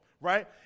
right